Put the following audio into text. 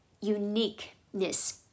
uniqueness